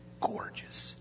gorgeous